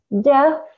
deaf